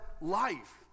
life